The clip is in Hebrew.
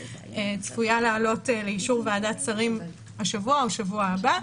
צפויה לעלות לאישור ועדת שרים השבוע או בשבוע הבא.